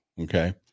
Okay